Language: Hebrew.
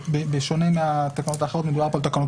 בשונה מהתקנות האחרות מדובר פה על תקנות